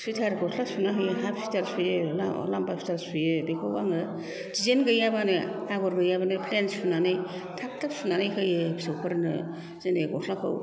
सुइथार गस्ला सुना होयो हाफ सुइथार सुयो लाम्बा सुइथार सुयो बेखौ आङो दिजेन गैयाबानो आगर गैयाब्लानो फेन सुनानै थाब थाब सुनानै होयो फिसौफोरनो जेने गस्लाखौ